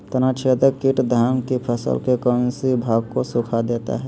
तनाछदेक किट धान की फसल के कौन सी भाग को सुखा देता है?